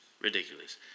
Ridiculous